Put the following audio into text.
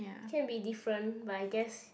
it can be different but I guess